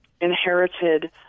inherited